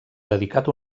dedicat